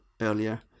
earlier